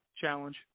challenge